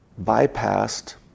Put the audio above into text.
bypassed